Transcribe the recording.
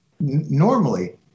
normally